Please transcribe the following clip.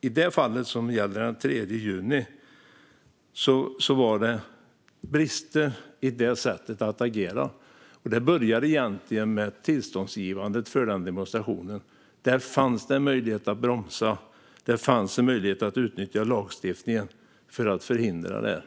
När det gäller fallet den 3 juni fanns det brister i detta sätt att agera, och det börjar egentligen med tillståndsgivandet för den demonstrationen. Där fanns det en möjlighet att bromsa. Det fanns en möjlighet att utnyttja lagstiftningen för att förhindra detta.